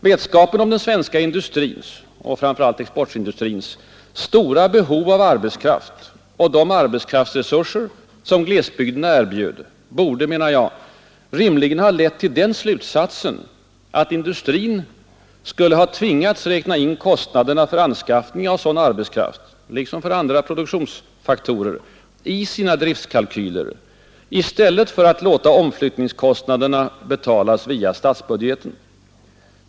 Vetskapen om den svenska industrins, framför allt exportindustrins, stora behov av arbetskraft och om de arbetskraftsresurser som glesbygderna erbjöd borde, menar jag, rimligen ha lett till att industrin tvingats räkna in kostnaderna för anskaffning av sådan arbetskraft, liksom för andra produktionsfaktorer, i sina driftskalkyler i stället för att låta omflyttningskostnaderna betalas via statsbudgeten.